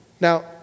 Now